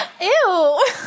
ew